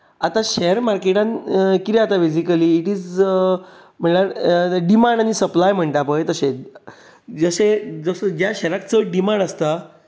आतां शॅर मार्केटांत कितें जाता बेजिकली इट इज अ म्हणल्यार डिमांड आनी सप्लाय म्हणटा पळय तशें जशें ज्या शॅराक चड डिमांड आसता